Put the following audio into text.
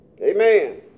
Amen